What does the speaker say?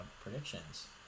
predictions